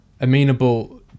amenable